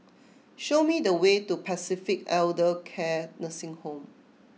show me the way to Pacific Elder Care Nursing Home